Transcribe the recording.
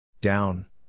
Down